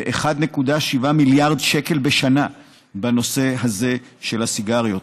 1.7 מיליארד שקל בשנה בנושא הזה של הסיגריות.